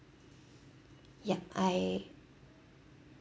yup I